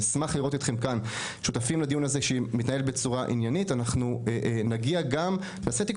אשמח לראות אתכם שותפים לדיון הזה שיתנהל בצורה עניינית ונעשה תיקונים,